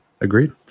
agreed